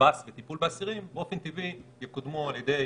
לשב"ס וטיפול באסירים באופן טבעי יקודמו על-ידי